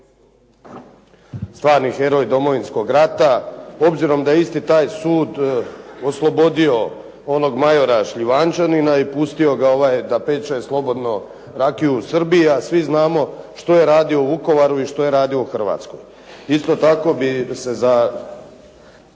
stvarni heroj Domovinskog rata, obzirom da je isti taj sud oslobodio onog …/Govornik se ne razumije./… Šljivančanina i pustio da pet, šest …/Govornik se ne razumije./… u Srbiji a svi znamo što je radio u Vukovaru i što je radio u Hrvatskoj. Isto tako bi se, samo